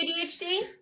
ADHD